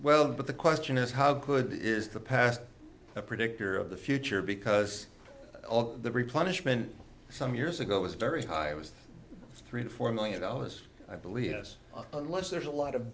well but the question is how good is the past a predictor of the future because all the replenish men some years ago was very high it was three to four million dollars i believe yes unless there's a lot of